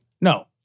no